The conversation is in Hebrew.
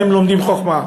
מהם לומדים חוכמה.